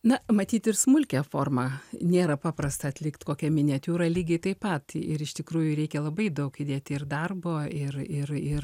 na matyt ir smulkią formą nėra paprasta atlikt kokią miniatiūrą lygiai taip pat ir iš tikrųjų reikia labai daug įdėti ir darbo ir ir ir